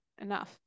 enough